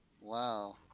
Wow